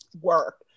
work